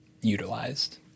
utilized